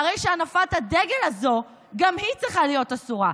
והנפת הזאת גם היא צריכה להיות אסורה.